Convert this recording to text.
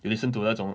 you listen to 那种